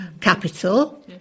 Capital